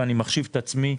ואני מחשיב כך את עצמי,